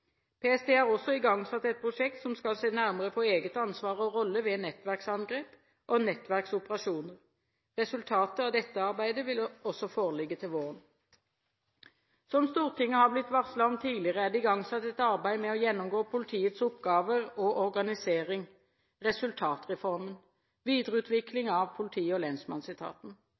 PST har også igangsatt et prosjekt som skal se nærmere på eget ansvar og egen rolle ved nettverksangrep og nettverksoperasjoner. Resultatet av dette arbeidet vil også foreligge til våren. Som Stortinget har blitt varslet om tidligere, er det igangsatt et arbeid for å gjennomgå politiets oppgaver og organisering, Resultatreformen – videreutvikling av politi- og lensmannsetaten.